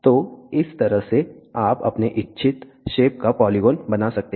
तो इस तरह से आप अपने इच्छित शेप का पोलीगोन बना सकते हैं